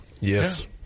Yes